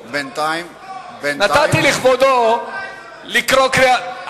נתתי לכבודו לקרוא קריאת ביניים.